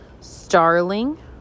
Starling